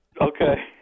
Okay